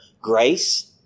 grace